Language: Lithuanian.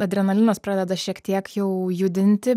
adrenalinas pradeda šiek tiek jau judinti